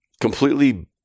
completely